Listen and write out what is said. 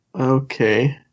okay